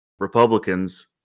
Republicans